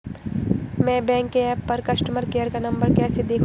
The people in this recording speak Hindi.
मैं बैंक के ऐप पर कस्टमर केयर का नंबर कैसे देखूंगी?